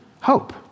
hope